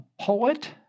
poet